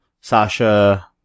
Sasha